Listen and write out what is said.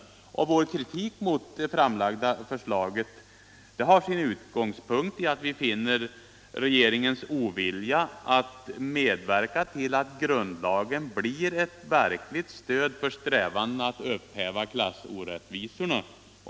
Vår kritik mot det framlagda förslaget har sin utgångspunkt i regeringens ovilja att medverka till att grundlagen blir ett verkligt stöd för strävandena att upphäva klassorättvisorna.